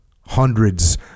Hundreds